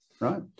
right